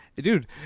Dude